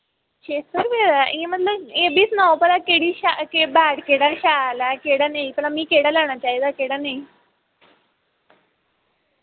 छे सौ रपे दा ऐ इयां मतलब एह् बी सनाओ भला केह्ड़ी शै के बैट केह्ड़ा शैल ऐ केह्ड़ा नेईं भला मी केह्ड़ा लैना चाहिदा केह्ड़ा नेईं